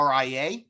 RIA